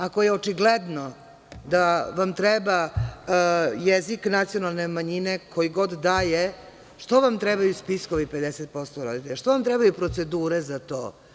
Ako je očigledno da vam treba jezik nacionalne manjine, koji god da je, što vam trebaju spiskovi od 50% roditelja, što vam trebaju procedure za to?